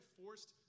forced